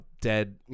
dead